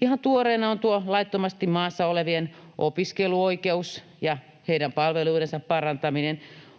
Ihan tuoreena on tuo laittomasti maassa olevien opiskeluoikeus ja heidän palveluidensa parantaminen.